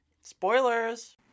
spoilers